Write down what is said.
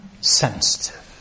sensitive